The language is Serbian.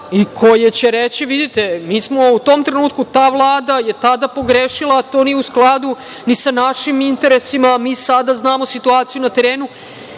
i koje će reći – vidite, mi smo u tom trenutku, ta Vlada je tada pogrešila, to nije u skladu ni sa našim interesima. Mi sada znamo situaciju na terenu.